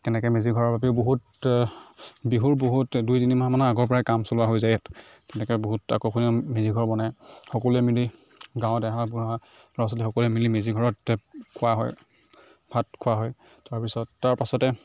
তেনেকৈ মেজিঘৰৰ বাবে বহুত বিহুৰ বহুত দুই তিনিমাহমানৰ আগৰ পৰাই কাম চলোৱা হৈ যায় ইয়াত তেনেকৈ বহুত আকৰ্ষণীয় মেজিঘৰ বনায় সকলোৱে মিলি গাঁৱৰ ডেকা বুঢ়া ল'ৰা ছোৱালী সকলোৱে মিলি মেজিঘৰত খোৱা হয় ভাত খোৱা হয় তাৰ পিছত তাৰ পাছতে